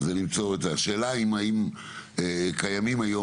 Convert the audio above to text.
היא למצוא את --- השאלה היא האם קיימים היום